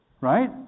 Right